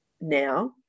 now